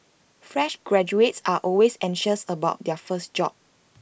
fresh graduates are always anxious about their first job